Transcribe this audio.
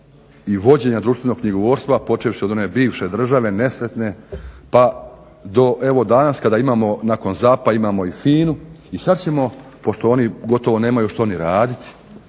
i vođenja društvenog knjigovodstva počevši od one bivše države nesretne pa do evo danas kada imamo nakon ZAP-a imamo i FINA-u i sad ćemo pošto oni gotovo nemaju što ni raditi